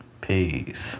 Peace